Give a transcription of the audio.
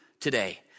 today